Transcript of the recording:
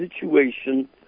situation